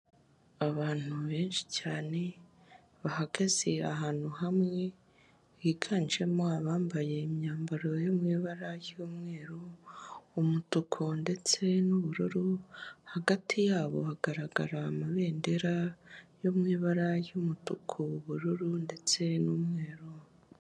Abantu benshi cyane bahagaze ahantu hamwe, biganjemo abambaye imyambaro yo mu ibara ry'umweru, umutuku, ndetse n'ubururu, hagati yabo hagaragara amabendera yo mu ibara ry'umutuku, ubururu, ndetse n'umweru.